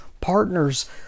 partners